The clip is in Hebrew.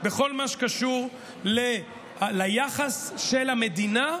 בכל מה שקשור ליחס של המדינה לחייליה,